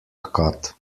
cut